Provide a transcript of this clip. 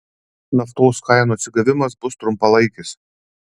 naftos kainų atsigavimas bus trumpalaikis